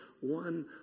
one